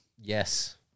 yes